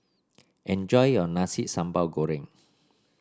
enjoy your Nasi Sambal Goreng